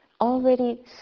already